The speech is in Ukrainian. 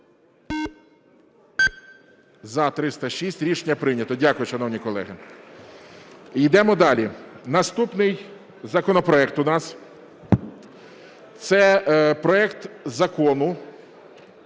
За-306 Рішення прийнято. Дякую, шановні колеги. Йдемо далі. Наступний законопроект у нас це проект закону